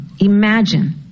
Imagine